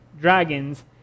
dragons